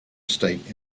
estate